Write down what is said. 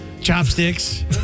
Chopsticks